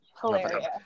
hilarious